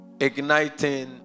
Igniting